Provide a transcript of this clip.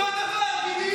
אותו דבר בדיוק.